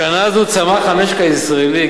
בשנה זו צמח המשק הישראלי,